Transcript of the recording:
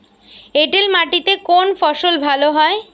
এঁটেল মাটিতে কোন ফসল ভালো হয়?